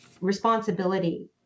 responsibility